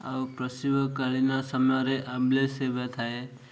ଆଉ ପ୍ରସବକାଳୀନ ସମୟରେ ଆମ୍ବୁଲାନ୍ସ ସେବା ଥାଏ